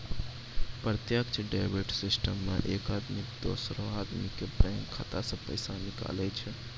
प्रत्यक्ष debit system मे एक आदमी दोसरो आदमी के बैंक खाता से पैसा निकाले छै